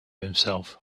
himself